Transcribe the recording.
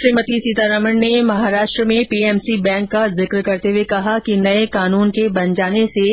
श्रीमती सीतारामन ने महाराष्ट्र में PMC bank का जिक्र करते हुए कहा कि नए कानून के बन जाने से